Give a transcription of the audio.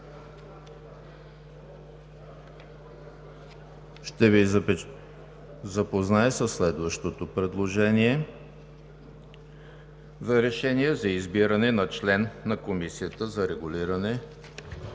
Ще Ви запозная със следващото предложение за: „РЕШЕНИЕ за избиране на член на Комисията за регулиране